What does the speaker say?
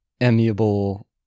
amiable